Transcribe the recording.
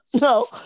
No